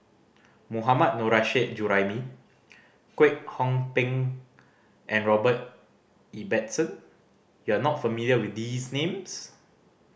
Mohammad Nurrasyid Juraimi Kwek Hong Png and Robert Ibbetson you are not familiar with these names